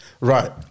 Right